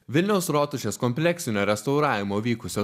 vilniaus rotušės kompleksinio restauravimo vykusio